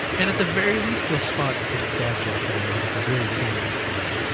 and at the very least, you'll spot a dad joke that i made at the very beginning of this video.